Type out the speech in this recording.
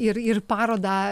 ir ir parodą